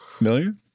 million